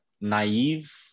naive